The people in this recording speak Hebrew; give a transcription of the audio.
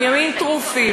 הם ימים טרופים,